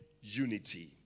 unity